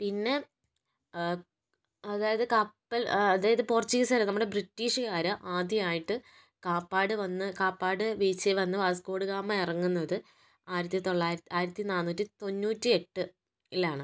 പിന്നെ അതായത് കപ്പൽ അതായത് പോർച്ചുഗീസല്ല നമ്മുടെ ബ്രിട്ടീഷുകാര് ആദ്യമായിട്ട് കാപ്പാട് വന്ന് കാപ്പാട് ബീച്ചീൽ വന്ന് വാസ്കോഡഗാമ ഇറങ്ങുന്നത് ആയിരത്തിതൊള്ളായി ആയിരത്തി നാന്നൂറ്റി തൊന്നൂറ്റിയെട്ട് യിലാണ്